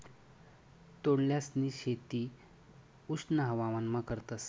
तोंडल्यांसनी शेती उष्ण हवामानमा करतस